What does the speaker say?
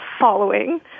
following